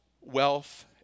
wealth